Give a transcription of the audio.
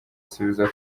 asubiza